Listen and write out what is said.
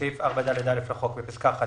בסעף 4ד(א) לחוק: בפסקה (1),